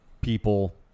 people